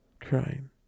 Crying